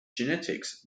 genetics